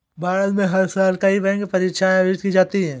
भारत में हर साल कई बैंक परीक्षाएं आयोजित की जाती हैं